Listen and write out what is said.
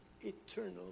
eternal